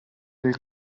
del